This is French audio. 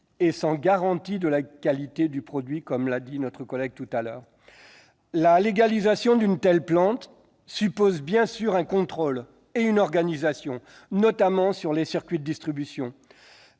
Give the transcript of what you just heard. et sans garantie en termes de qualité du produit, comme l'a rappelé ma collègue. La légalisation d'une telle plante suppose bien sûr un contrôle et une organisation, notamment des circuits de distribution,